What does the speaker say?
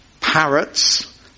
parrots